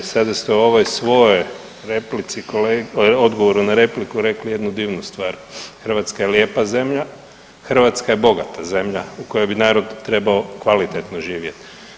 Sada ste u ovoj svojoj replici kolegi, odgovoru na repliku rekli jednu divnu stvar, Hrvatska je lijepa zemlja, Hrvatska je bogata zemlja u kojoj bi narod trebao kvalitetno živjet.